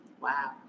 Wow